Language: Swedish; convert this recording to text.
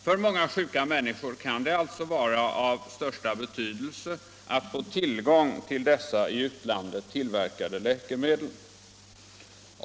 För många sjuka människor kan det alltså vara av största betydelse att få tillgång till dessa i utlandet tillverkade läkemedel.